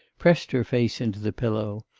pressed her face into the pillow,